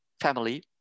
family